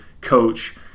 coach